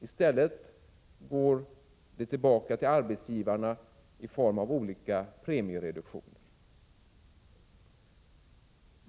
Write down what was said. I stället går den tillbaka till arbetsgivarna i form av olika premiereduktioner.